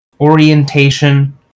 orientation